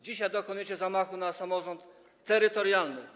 Dzisiaj dokonujecie zamachu na samorząd terytorialny.